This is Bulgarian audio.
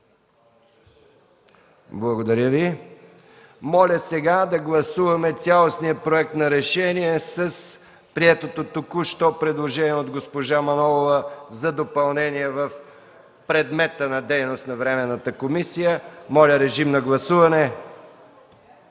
нататък. Моля сега да гласуваме цялостния Проект на решение с приетото току-що предложение от госпожа Манолова за допълнение в предмета на дейност на временната комисия. Режим на гласуване!